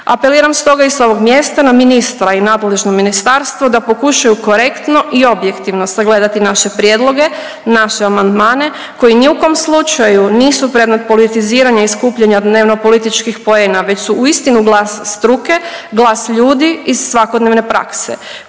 Apeliram stoga i s ovog mjesta na ministra i nadležno ministarstvo da pokušaju i objektivno sagledati naše prijedloge, naše amandmane koji ni u kom slučaju nisu predmet politiziranja i skupljanja dnevnopolitičkih poena već su uistinu glas struke, glas ljudi iz svakodnevne prakse